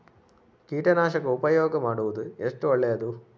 ಕೀಟನಾಶಕ ಉಪಯೋಗ ಮಾಡುವುದು ಎಷ್ಟು ಒಳ್ಳೆಯದು?